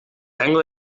tango